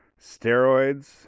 steroids